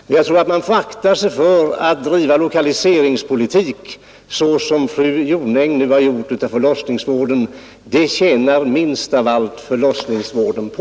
Men man får akta sig för att driva lokaliseringspolitik på det sätt som fru Jonäng nu har gjort med förlossningsvården. Det tjänar minst av allt förlossningsvården på.